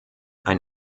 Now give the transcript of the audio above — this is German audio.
ein